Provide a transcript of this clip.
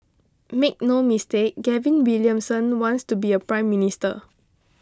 make no mistake Gavin Williamson wants to be a Prime Minister